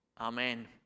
Amen